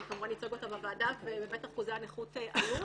הוא כמובן ייצג אותה בוועדה וכמובן אחוזי הנכות עלו